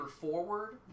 forward